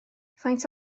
faint